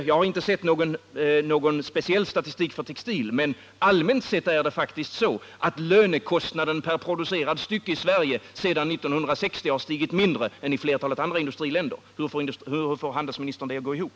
Jag har inte sett någon speciell statistik för textil, men allmänt sett är det faktiskt så att lönekostnaden per producerat stycke i Sverige sedan 1960 har stigit mindre än i flertalet andra industriländer. Hur får handelsministern det att gå ihop?